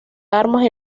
armas